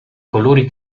colori